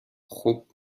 خوب